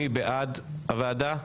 מי בעד הוועדה,